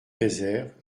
réserve